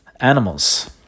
animals